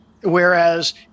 Whereas